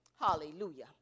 hallelujah